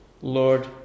Lord